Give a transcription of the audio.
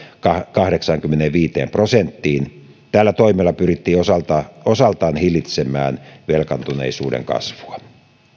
kahdeksaankymmeneenviiteen prosenttiin tällä toimella pyrittiin osaltaan hillitsemään velkaantuneisuuden kasvua finanssivalvonta